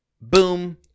Boom